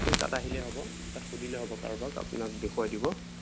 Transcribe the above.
আপুনি তাত আহিলেই হ'ব তাত সুধিলেই হ'ব কাৰোবাক আপোনাক দেখুৱাই দিব